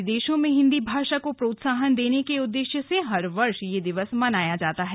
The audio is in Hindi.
विदेशों में हिंदी भाषा को प्रोत्साहन देने के उद्देश्य से हर वर्ष यह दिवस मनाया जाता है